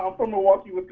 um from milwaukee,